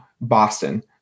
Boston